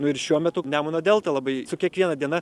nu ir šiuo metu nemuno delta labai su kiekviena diena